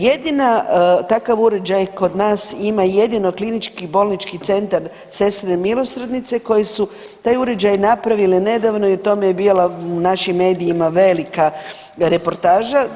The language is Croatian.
Jedina, takav uređaj kod nas ima jedino Klinički bolnički centar Sestre milosrdnice koji su taj uređaj napravili nedavno i o tome je bila u našim medijima velika reportaža.